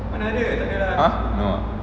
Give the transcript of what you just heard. !huh! no ah